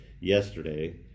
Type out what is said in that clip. yesterday